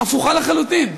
הפוכה לחלוטין.